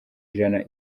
ijana